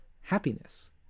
happiness